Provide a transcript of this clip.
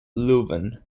leuven